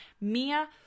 Mia